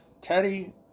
Teddy